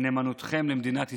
ונאמנותכם למדינת ישראל.